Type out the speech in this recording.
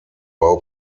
bau